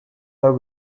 her